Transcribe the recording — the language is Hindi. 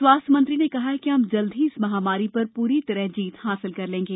स्वास्थ्य मंत्री ने कहा हम जल्द ही इस महामारी पर पूरी तरह जीत प्राप्त कर लेंगे